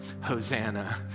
Hosanna